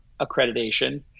accreditation